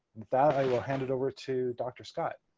that, i will hand it over to dr. scott.